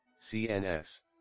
CNS